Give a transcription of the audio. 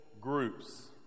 groups